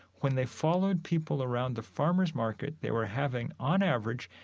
when they followed people around the farmers' market, they were having, on average,